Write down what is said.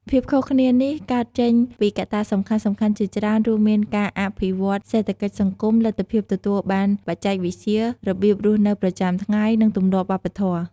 ភាពខុសគ្នានេះកើតចេញពីកត្តាសំខាន់ៗជាច្រើន រួមមានការអភិវឌ្ឍន៍សេដ្ឋកិច្ចសង្គម លទ្ធភាពទទួលបានបច្ចេកវិទ្យា របៀបរស់នៅប្រចាំថ្ងៃ និងទម្លាប់វប្បធម៌។